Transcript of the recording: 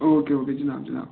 او کے okay جِناب جِناب